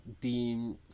deem